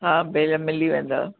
हा भेण मिली वेंदव